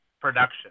production